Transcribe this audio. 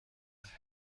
have